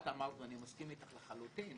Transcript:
את אמרת ואני מסכים איתך לחלוטין,